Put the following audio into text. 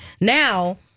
now